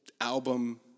album